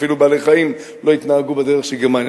אפילו בעלי-חיים לא התנהגו בדרך של גרמניה.